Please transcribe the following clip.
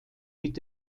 mit